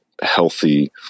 healthy